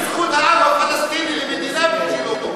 אז תגיד שאנחנו מסכימים לזכות העם הפלסטיני למדינה משלו.